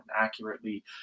accurately